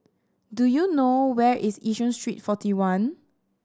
do you know where is Yishun Street Forty One